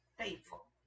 faithful